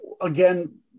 again